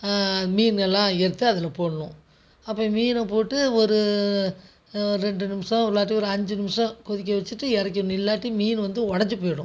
மீன் எல்லாம் எடுத்து அதில் போடணும் அப்போ மீனை போட்டு ஒரு ஒரு ரெண்டு நிமிஷம் இல்லாட்டி ஒரு அஞ்சு நிமிடம் கொதிக்க வச்சுட்டு இறக்கிடணும் இல்லாட்டி மீன் வந்து ஒடஞ்சு போயிடும்